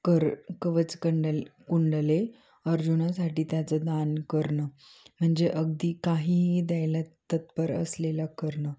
कर कवच कंडल कुंडले अर्जुनासाठी त्याचं दान करणं म्हणजे अगदी काहीही द्यायला तत्पर असलेला कर्ण